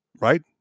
right